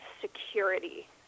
security